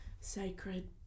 sacred